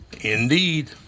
Indeed